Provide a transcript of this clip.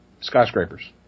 Skyscrapers